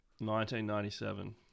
1997